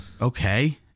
Okay